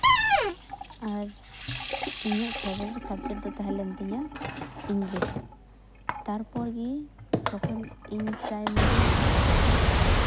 ᱟᱨ ᱤᱧᱟᱹᱜ favourite subject ᱫᱚ ᱛᱟᱦᱮᱸ ᱞᱮᱱ ᱛᱤᱧᱟ ᱤᱝᱞᱤᱥ ᱛᱟᱨᱯᱚᱨ ᱜᱮ ᱡᱚᱷᱚᱱ ᱤᱧ ᱯᱨᱟᱭᱢᱟᱨᱤ ᱯᱟᱥ ᱠᱟᱛᱮᱫ